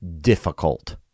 difficult